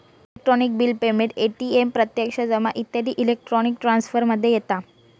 electronic bill payment, ATM प्रत्यक्ष जमा इत्यादी इलेक्ट्रॉनिक ट्रांसफर मध्ये येता